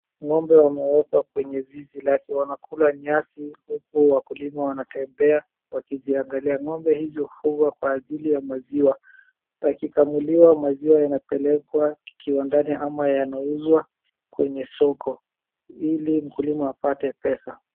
Ng'ombe wamewekwa kwenye zizi lake, wanakula nyasi huku wakulima wanatembea wakiziangalia. Ng'ombe hizo hufugwa kwa ajili ya maziwa. Yakikamuliwa maziwa yanapelekwa kiwandani ama yanauzwa kwenye soko ili mkulima apate pesa.